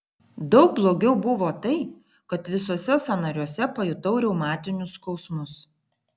daug blogiau buvo tai kad visuose sąnariuose pajutau reumatinius skausmus